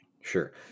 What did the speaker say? Sure